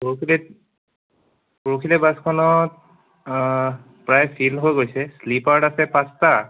পৰহিলৈ পৰহিলৈ বাছখনত প্ৰায় ফিল হৈ গৈছে শ্লিপাৰত আছে পাঁচটা